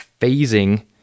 phasing